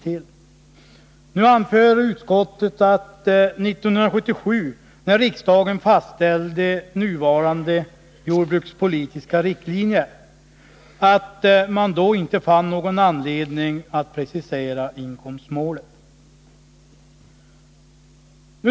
Utskottet anför att man 1977, då riksdagen fastställde nuvarande jordbrukspolitiska riktlinjer, inte fann någon anledning att precisera inkomstmålet.